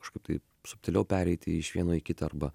kažkaip taip subtiliau pereiti iš vieno į kitą arba